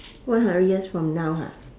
one hundred years from now ha